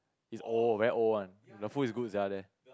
is old very old one the food is good sia there